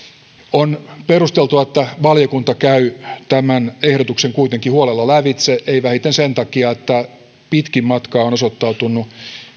on perusteltua että valiokunta käy tämän ehdotuksen kuitenkin huolella lävitse ei vähiten sen takia että pitkin matkaa on osoittautunut